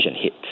hit